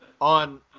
on –